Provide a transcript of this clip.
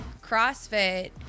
CrossFit